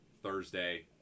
Thursday